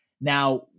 Now